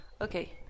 Okay